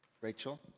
Rachel